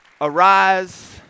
Arise